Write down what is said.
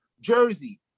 Jersey